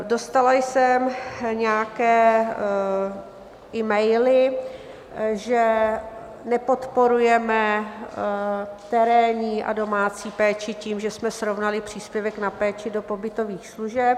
Dostala jsem nějaké emaily, že nepodporujeme terénní a domácí péči tím, že jsme srovnali příspěvek na péči do pobytových služeb.